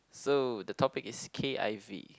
so the topic is k_i_v